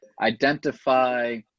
identify